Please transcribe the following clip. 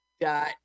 Dot